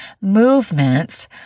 movements